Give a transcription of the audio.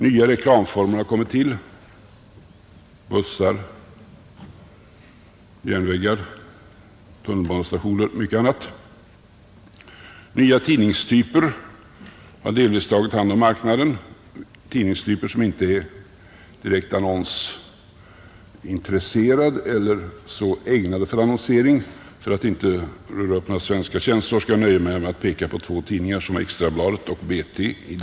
Nya reklamformer har kommit till — bussar, järnvägar, tunnelbanor och mycket annat. Nya tidningstyper har delvis tagit hand om marknaden, tidningstyper som inte är direkt annonsintresserade eller ägnade för annonsering. För att inte röra upp några svenska känslor skall jag nöja mig med att peka på ett par tidningar i Danmark — Ekstrabladet och B.T.